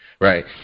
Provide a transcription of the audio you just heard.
Right